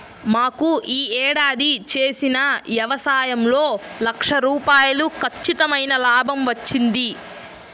మాకు యీ ఏడాది చేసిన యవసాయంలో లక్ష రూపాయలు ఖచ్చితమైన లాభం వచ్చింది